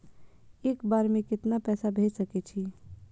एक बार में केतना पैसा भेज सके छी?